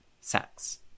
sex